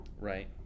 Right